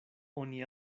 oni